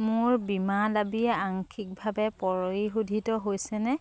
মোৰ বীমা দাবী আংশিকভাৱে পৰিশোধিত হৈছেনে